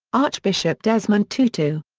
archbishop desmond tutu,